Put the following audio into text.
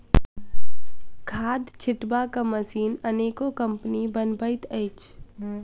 खाद छिटबाक मशीन अनेको कम्पनी बनबैत अछि